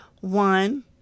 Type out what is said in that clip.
One